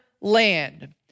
land